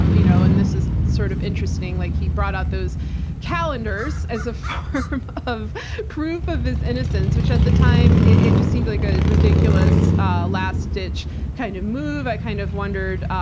um you know and this is sort of interesting, like he brought out those calendars as a form of proof of his innocence. which, at the time, it just seemed like a ridiculous last ditch kind of move. i kind of wondered,